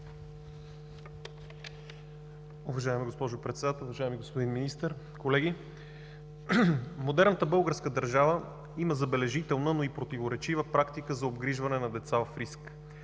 обгрижване на деца в риск.